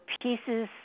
pieces